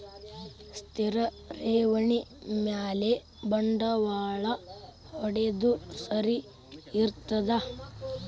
ಸ್ಥಿರ ಠೇವಣಿ ಮ್ಯಾಲೆ ಬಂಡವಾಳಾ ಹೂಡೋದು ಸರಿ ಇರ್ತದಾ?